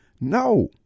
no